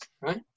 right